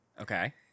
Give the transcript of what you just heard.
Okay